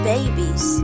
Babies